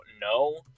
No